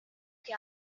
que